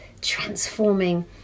transforming